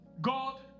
God